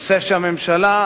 נושא שהממשלה,